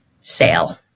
sale